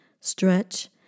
stretch